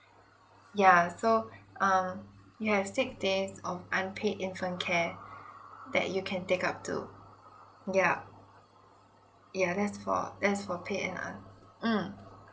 yeah so um you have six days of unpaid infant care that you can take up to yeah yeah that's for that's for paid and un~ mm